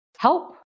help